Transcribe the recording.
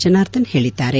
ಜನಾರ್ಧನ್ ಹೇಳಿದ್ದಾರೆ